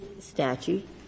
statute